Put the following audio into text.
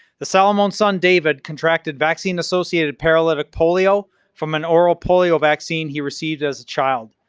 the salamone's son david contracted vaccine associated paralytic polio from an oral polio vaccine he received as a child.